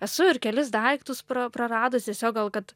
esu ir kelis daiktus pra praradusi tiesiog gal kad